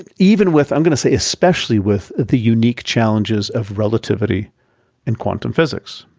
and even with i'm gonna say especially with the unique challenges of relativity and quantum physics.